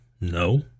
No